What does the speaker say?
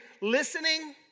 listening